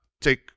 take